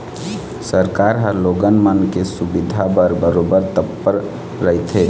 सरकार ह लोगन मन के सुबिधा बर बरोबर तत्पर रहिथे